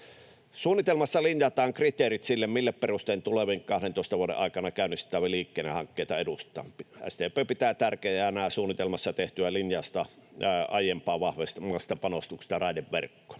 Suunnitelmassa linjataan kriteerit sille, millä perustein tulevien 12 vuoden aikana käynnistettäviä liikennehankkeita edistetään. SDP pitää tärkeänä suunnitelmassa tehtyä linjausta aiempaa vahvemmasta panostuksesta raideliikenteeseen.